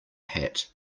hat